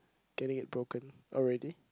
getting it broken already